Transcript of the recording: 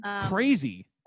Crazy